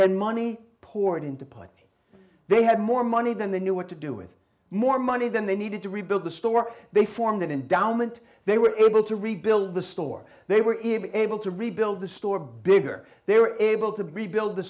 and money poured into play they had more money than they knew what to do with more money than they needed to rebuild the store they formed an endowment they were able to rebuild the store they were able to rebuild the store bigger they were able to rebuild the